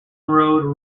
road